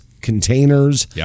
containers